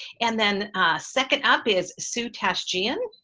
and then second up is sue tashjian,